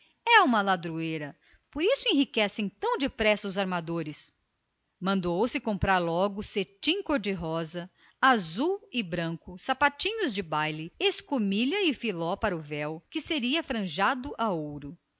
uma ladroeira descarada por isso enriquecem tão depressa os armadores diabo dos gatunos desta vez a velha tinha razão mandaram comprar cetim cor-de-rosa azul e branco sapatinhos de baile escumilha e filó para o véu que seria franjado de ouro